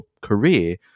career